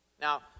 Now